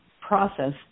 process